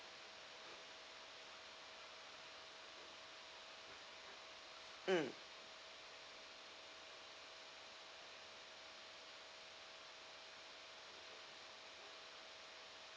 mm